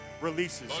releases